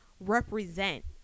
represent